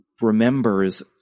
remembers